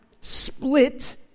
split